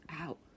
out